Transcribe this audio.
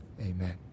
Amen